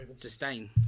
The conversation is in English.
disdain